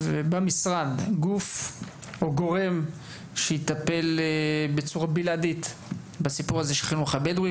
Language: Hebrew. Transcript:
במשרד גוף או גורם שיטפל בצורה בלעדית בנושא המגזר הבדואי,